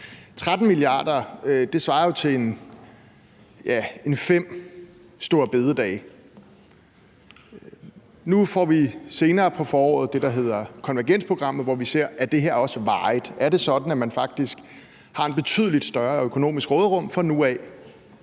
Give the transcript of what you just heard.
13 mia. kr. svarer jo til ca. fem store bededage. Nu får vi senere på foråret det, der hedder konvergensprogrammet, hvor vi ser på: Er det her også varigt? Er det sådan, at man faktisk har et betydelig større økonomisk råderum fra nu af